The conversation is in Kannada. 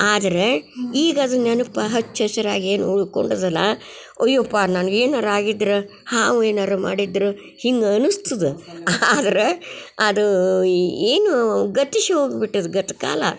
ಆದರೆ ಈಗದು ನೆನಪು ಹಚ್ಚು ಹಸಿರಾಗಿ ಏನು ಉಳ್ಕೊಂಡದಲ್ಲಾ ಅಯ್ಯೋಪ ನನ್ಗೇನರ ಆಗಿದ್ರೆ ಹಾವು ಏನಾರ ಮಾಡಿದ್ದರು ಹಿಂಗೆ ಅನಿಸ್ತದ ಆದರೆ ಅದು ಏನು ಗತಿಸ್ ಹೋಗ್ಬಿಟ್ಟದೆ ಗತ್ಕಾಲ